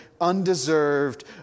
undeserved